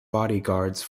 bodyguards